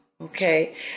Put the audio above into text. Okay